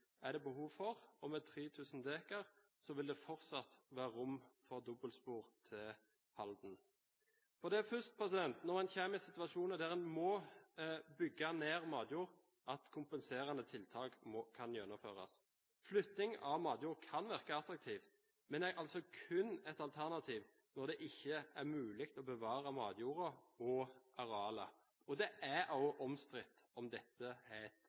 er det behov for, og med 3 000 dekar vil det fortsatt være rom for dobbeltspor til Halden. Det er først når en kommer i situasjoner der en må bygge ned matjord, at kompenserende tiltak kan gjennomføres. Flytting av matjord kan virke attraktivt, men er altså kun et alternativ når det ikke er mulig å bevare matjorda og arealet, og det er omstridt om dette er